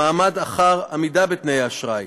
המעקב אחר עמידה בתנאי האשראי,